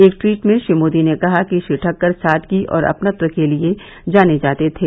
एक ट्वीट में श्री मोदी ने कहा कि श्री ठक्कर सादगी और अपनत्व के लिए जाने जाते थे